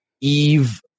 Eve